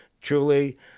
truly